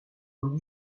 ont